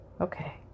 Okay